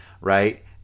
right